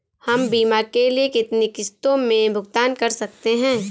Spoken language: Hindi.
हम बीमा के लिए कितनी किश्तों में भुगतान कर सकते हैं?